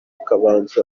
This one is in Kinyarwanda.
ukabanza